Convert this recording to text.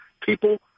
people